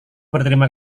berterima